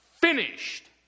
finished